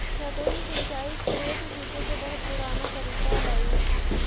सतही सिंचाई खेत सींचे के बहुत पुराना तरीका हइ